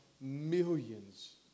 millions